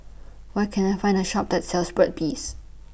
Where Can I Find A Shop that sells Burt's Bees